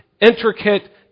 intricate